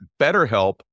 betterhelp